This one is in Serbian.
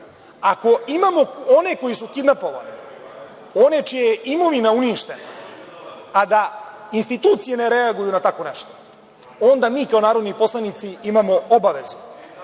ako imamo one koji su kidnapovani, one čija je imovina uništena, a da institucije ne reaguju na tako nešto, onda mi kao narodni poslanici imamo obavezu